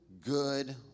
good